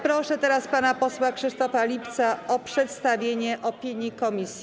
Proszę teraz pana posła Krzysztofa Lipca o przedstawienie opinii komisji.